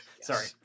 Sorry